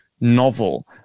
novel